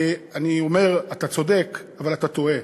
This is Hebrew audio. אני אומר: אתה צודק, אבל אתה טועה.